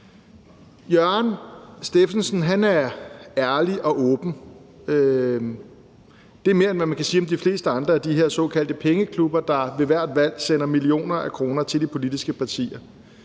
Jørgen Steffensen er ærlig og åben. Det er mere, end hvad man kan sige om de fleste andre af de her såkaldte pengeklubber, der ved hvert valg sender millioner af kroner til de politiske partier.